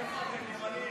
איפה אתם, ימנים?